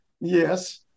Yes